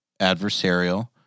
adversarial